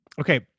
okay